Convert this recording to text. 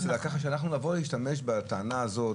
ככה שאנחנו נבוא ונשתמש בטענה הזאת